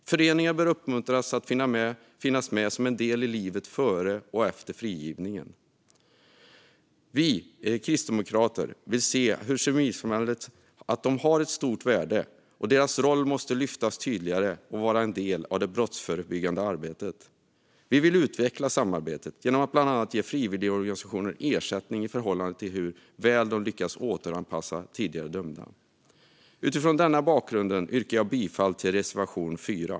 Föreningar bör uppmuntras att finnas med som en del i livet före och efter frigivningen. Vi kristdemokrater ser att civilsamhället har ett stort värde. Dess roll måste lyftas tydligare när det gäller det brottsförebyggande arbetet. Vi vill utveckla samarbetet genom att bland annat ge frivilligorganisationer ersättning i förhållande till hur väl de lyckas återanpassa tidigare dömda. Utifrån denna bakgrund yrkar jag bifall till reservation 4.